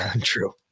true